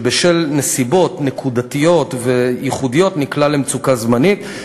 ובשל נסיבות נקודתיות וייחודיות הוא נקלע למצוקה זמנית,